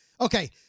Okay